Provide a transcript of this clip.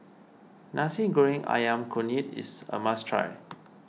Nasi Goreng Ayam Kunyit is a must try